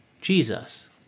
Jesus